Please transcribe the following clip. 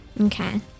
Okay